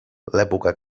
l’època